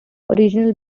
original